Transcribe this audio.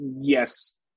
yes